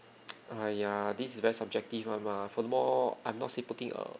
!aiya! this is very subjective one mah furthermore I'm not say putting a